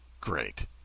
Great